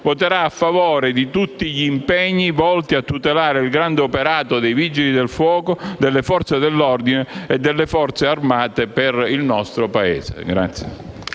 voterà a favore di tutti gli impegni volti a tutelare il grande operato dei Vigili del fuoco, delle Forze dell'ordine e delle Forze armate per il nostro Paese.